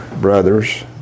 brothers